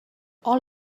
all